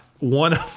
one